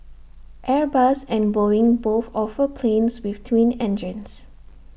airbus and boeing both offer planes with twin engines